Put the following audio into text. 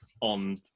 on